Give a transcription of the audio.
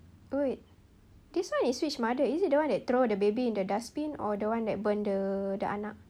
oh wait this one is which mother is it the one that throw the baby in the dustbin or the one that burn the the anak